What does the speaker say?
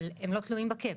אבל הם לא תלויים בקאפ.